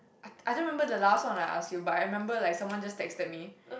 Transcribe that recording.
I don't I don't remember the last one I ask you but I remember like someone just texted me